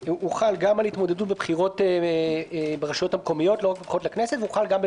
אם המפלגה לוקחת גוף שלא היא תעשה את